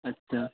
اچھا